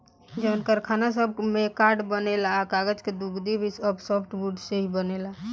जवन कारखाना सब में कार्ड बनेला आ कागज़ के गुदगी भी सब सॉफ्टवुड से ही बनेला